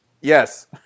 Yes